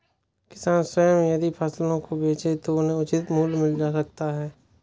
किसान स्वयं यदि फसलों को बेचे तो उन्हें उचित मूल्य मिल सकता है